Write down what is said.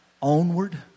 Onward